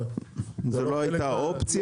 זאת לא היתה אופציה?